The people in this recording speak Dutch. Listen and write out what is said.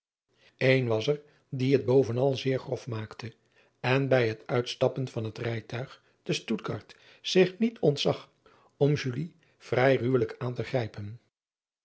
en was er die het bovenal zeer grof maakte en bij het uitstappen van het rijtuig te tuttgard zich niet ontzag om vrij ruwelijk aan te grijpen